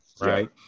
right